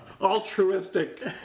altruistic